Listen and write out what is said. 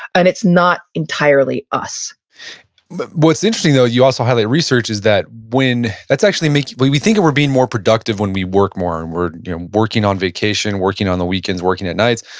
and it's not entirely us what's interesting, though, you also had the research is that when, that's actually making, we we think that we're being more productive when we work more, and we're working on vacation, working on the weekends, working at nights.